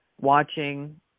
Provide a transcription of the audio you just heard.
watching